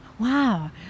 Wow